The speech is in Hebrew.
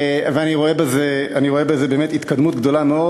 אני רואה בזה באמת התקדמות גדולה מאוד,